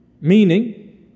Meaning